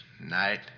night